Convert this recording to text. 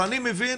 אבל אני מבין,